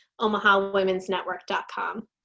omahawomensnetwork.com